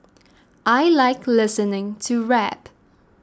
I like listening to rap